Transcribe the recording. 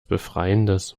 befreiendes